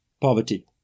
poverty